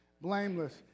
blameless